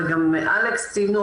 וגם אלכס ציין,